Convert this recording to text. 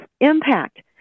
impact